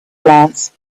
glance